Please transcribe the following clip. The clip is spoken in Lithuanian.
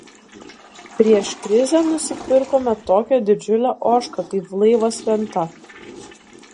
prieš krizę nusipirkome tokią didžiulę ožką kaip laivas venta